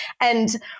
And-